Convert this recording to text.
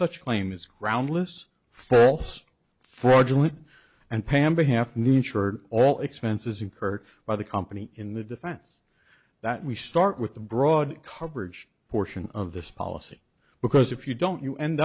such a claim is groundless false fraudulent and pam behalf need sure all expenses incurred by the company in the defense that we start with the broad coverage portion of this policy because if you don't you end